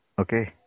okay